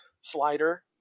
slider